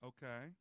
Okay